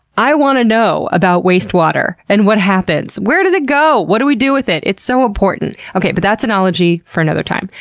i want to know all about wastewater and what happens. where does it go? what do we do with it? it's so important! okay, but that's an ology for another time.